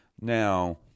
Now